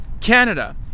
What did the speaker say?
Canada